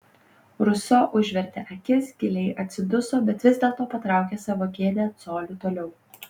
ruso užvertė akis giliai atsiduso bet vis dėlto patraukė savo kėdę coliu toliau